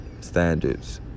standards